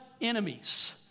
enemies